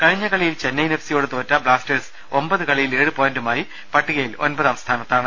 കഴിഞ്ഞ കളിയിൽ ചെന്നൈയിൻ എഫ്സിയോട് തോറ്റ ബ്ലാസ്റ്റേഴ്സ് ഒമ്പത് കളിയിൽ ഏഴ് പോയിന്റുമായി പട്ടികയിൽ ഒമ്പതാം സ്ഥാനത്താണ്